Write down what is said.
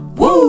Woo